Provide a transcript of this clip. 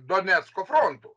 donecko frontu